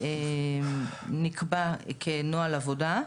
ונקבע כנוהל עבודה.